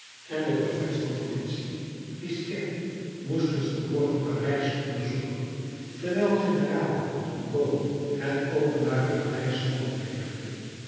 en de prefect van politie gisquet moest het verborgen parijs onderzoeken terwijl generaal bugeaud het openbare parijs